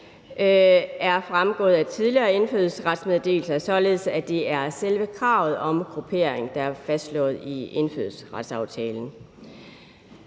er fremgået af tidligere indfødsretsmeddelelser, således at det er selve kravet om gruppering, der er fastslået i indfødsretsaftalen.